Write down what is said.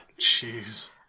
Jeez